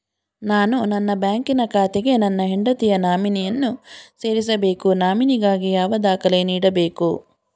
ನಾನು ನನ್ನ ಬ್ಯಾಂಕಿನ ಖಾತೆಗೆ ನನ್ನ ಹೆಂಡತಿಯ ನಾಮಿನಿಯನ್ನು ಸೇರಿಸಬೇಕು ನಾಮಿನಿಗಾಗಿ ಯಾವ ದಾಖಲೆ ನೀಡಬೇಕು?